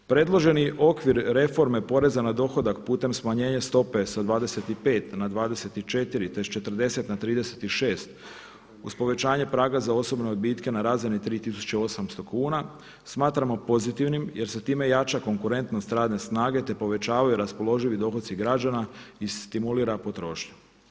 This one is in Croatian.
Predloženi okvir reforme poreza na dohodak putem smanjenja stope sa 25 na 24 te s 40 na 36 uz povećanje praga za osobne odbitke na razini 3800 kuna smatramo pozitivnim jer se time jača konkurentnost radne snage te povećavaju raspoloživi dohoci građana i stimulira potrošnja.